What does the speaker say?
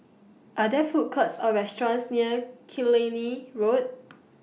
Are There Food Courts Or restaurants near Killiney Road